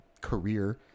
career